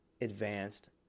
advanced